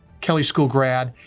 kelley school grad,